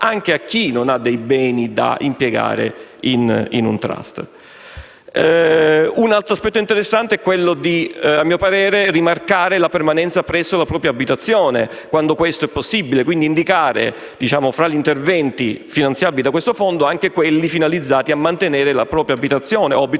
anche a chi non ha dei beni da impiegare in un *trust*? Un altro aspetto interessante è quello di rimarcare la permanenza presso la propria abitazione, quando questo è possibile. Bisognerebbe indicare tra gli interventi finanziabili da questo fondo anche quelli finalizzati a mantenere la proprio abitazione o